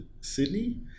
Sydney